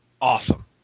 Awesome